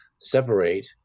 separate